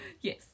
Yes